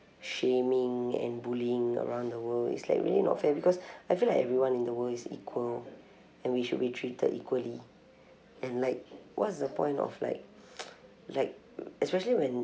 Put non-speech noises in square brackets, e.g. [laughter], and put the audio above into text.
shaming and bullying around the world is like really not fair because I feel like everyone in the world is equal and we should be treated equally and like what's the point of like [noise] like especially when